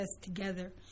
together